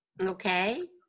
Okay